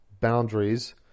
boundaries